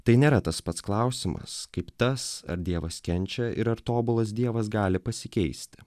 tai nėra tas pats klausimas kaip tas ar dievas kenčia ir ar tobulas dievas gali pasikeisti